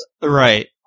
Right